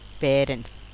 parents